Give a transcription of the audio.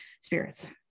spirits